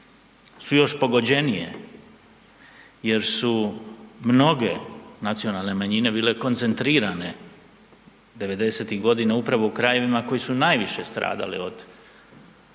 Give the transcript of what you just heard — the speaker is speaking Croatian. su još pogođenije jer su mnoge nacionalne manjine bile koncentrirane 90-ih godina upravo u krajevima koji su najviše stradali od agresije,